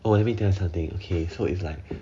oh let me tell you something okay so it's like